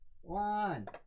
one